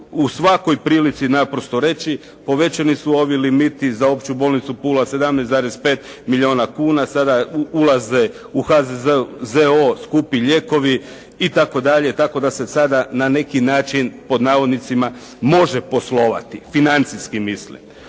u svakoj prilici naprosto reći, povećani su ovi limiti za opću bolnicu Pula 17,5 milijuna kuna, sada ulaze u HZZO skupi lijekovi itd., tako da se sada na neki način pod navodnicima "može poslovati", financijski mislim.